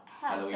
Halloween